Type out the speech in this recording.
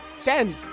stand